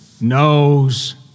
knows